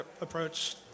approach